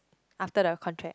after the contract